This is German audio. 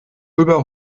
über